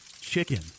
chicken